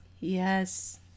yes